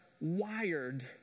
wired